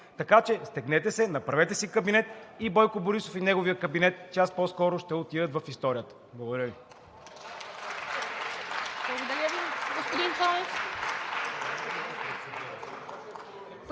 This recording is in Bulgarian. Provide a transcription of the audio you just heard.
Така че стегнете се, направете си кабинет и Бойко Борисов и неговият кабинет час по-скоро ще отидат в историята. Благодаря Ви.